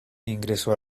ingresó